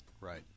Right